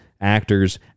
actors